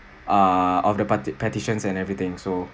err of the parti~ petitions and everything so